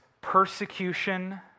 persecution